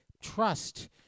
trust